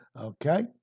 Okay